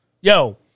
yo